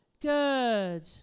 Good